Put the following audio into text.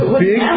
big